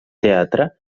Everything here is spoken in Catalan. teatre